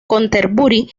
canterbury